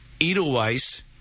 Edelweiss